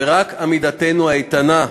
ורק עמידתנו האיתנה,